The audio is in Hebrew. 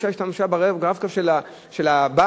האשה השתמשה ב"רב-קו" של הבעל.